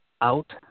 out